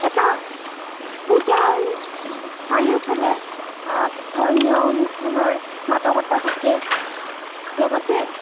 এটা পূজাৰ চাৰিওফালে ধৰ্মীয় অনুষ্ঠানৰ মাদকতা থাকে লগতে